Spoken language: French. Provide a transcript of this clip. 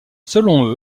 selon